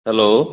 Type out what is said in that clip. hello